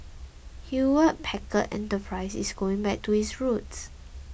Hewlett Packard Enterprise is going back to its roots